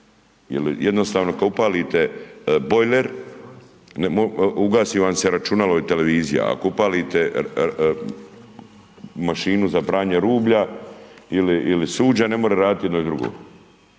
ili jednostavno kad upalit bojler, ugasi vam se računalo i televizija, ako upalite mašinu za pranje rublja ili suđa, ne može raditi jedno i drugo.